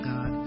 God